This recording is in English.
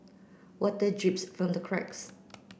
water drips from the cracks